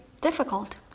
difficult